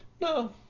no